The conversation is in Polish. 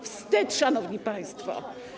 Wstyd, szanowni państwo!